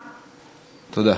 תודה.